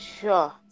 Sure